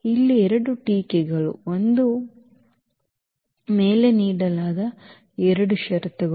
ಇಲ್ಲಿ 2 ಟೀಕೆಗಳು ಒಂದು ಮೇಲೆ ನೀಡಲಾದ 2 ಷರತ್ತುಗಳು